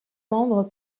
membre